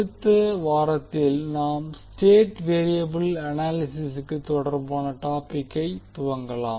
அடுத்த வாரத்தில் நாம் ஸ்டேட் வேறியபிள் அனாலிசிசுக்கு தொடர்பான டாபிக்கை துவங்கலாம்